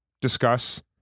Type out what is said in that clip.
discuss